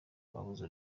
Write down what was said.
babuze